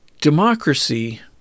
Democracy